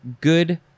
good